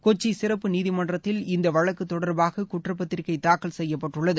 கொச்சி சிறப்பு நீதிமன்றத்தில் இந்த வழக்கு தொடர்பாக குற்றப்பத்திரிகை தாக்கல் செய்யப்பட்டுள்ளது